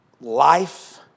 life